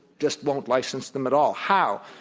just won't license them at all. how?